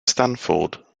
stanford